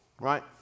Right